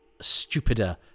stupider